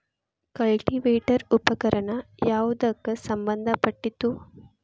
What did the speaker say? Cultivator ಉಪಕರಣ ಯಾವದಕ್ಕ ಸಂಬಂಧ ಪಟ್ಟಿದ್ದು?